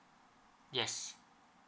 yes